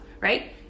right